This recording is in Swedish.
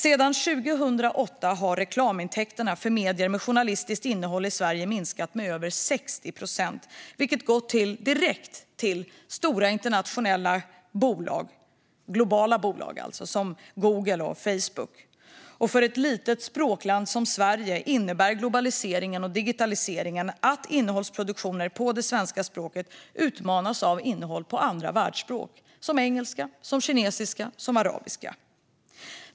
Sedan 2008 har reklamintäkterna för medier med journalistiskt innehåll i Sverige minskat med över 60 procent, vilket gått direkt till stora internationella bolag - globala bolag som Google och Facebook. För ett litet språkland som Sverige innebär globaliseringen och digitaliseringen att innehållsproduktioner på det svenska språket utmanas av innehåll på världsspråk, som engelska, kinesiska och arabiska.